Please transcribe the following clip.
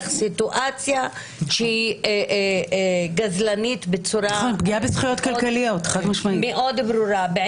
סיטואציה שהיא גזלנית בצורה מאוד ברורה --- נכון,